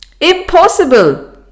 Impossible